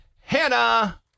Hannah